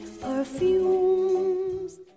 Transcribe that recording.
perfumes